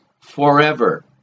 forever